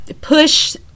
push